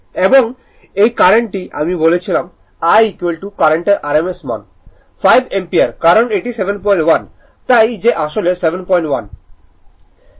এবং এই কারেন্টটি আমি বলেছিলাম I কারেন্টের rms মান 5 অ্যাম্পিয়ার কারণ এটি 71 তাই যে আসলে 71